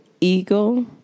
eagle